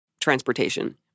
transportation